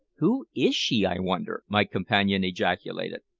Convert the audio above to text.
who is she, i wonder? my companion ejaculated.